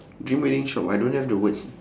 dream wedding shop I don't have the words